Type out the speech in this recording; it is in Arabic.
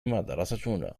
مدرستنا